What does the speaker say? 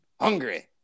hungry